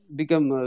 become